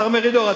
השר מרידור,